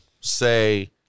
say